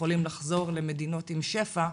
ויכולים לחזור למדינות עם שפע.